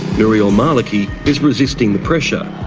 nouri al-maliki is resisting the pressure.